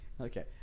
Okay